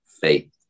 faith